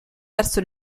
verso